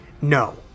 No